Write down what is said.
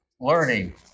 learning